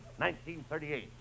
1938